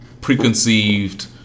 preconceived